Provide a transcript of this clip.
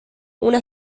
una